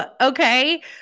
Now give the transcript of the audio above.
Okay